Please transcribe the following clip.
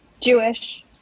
jewish